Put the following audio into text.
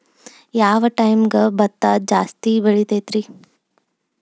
ಯಾವ ಟೈಮ್ಗೆ ಭತ್ತ ಜಾಸ್ತಿ ಬೆಳಿತೈತ್ರೇ?